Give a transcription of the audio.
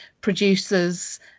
producers